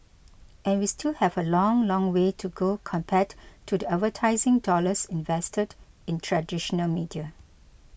and we still have a long long way to go compared to the advertising dollars invested in traditional media